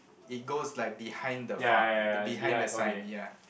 it goes like behind the far behind the sign ya